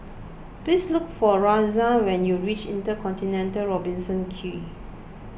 please look for Roxanne when you reach Intercontinental Robertson Quay